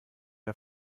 der